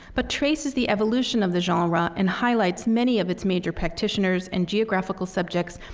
but traces the evolution of the genre and highlights many of its major practitioners and geographical subjects,